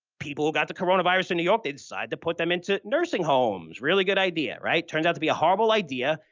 people who got the coronavirus in new york, they decided to put them into nursing homes. really good idea, right? turns out to be a horrible idea.